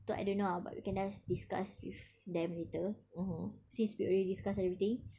tu I don't know ah but we can just discuss with them later since we already discuss everything